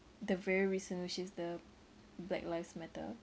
the very recent which is the black lives matter